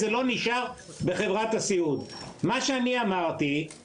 תראה, זה לא, אתה יושב ראש, אני יושב בזום.